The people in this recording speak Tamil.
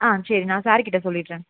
ஆ சரி நான் சார் கிட்டே சொல்லிடுறேன்